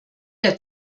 der